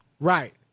Right